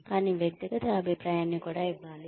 కానీ వ్యక్తిగత అభిప్రాయాన్ని కూడా ఇవ్వాలి